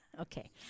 Okay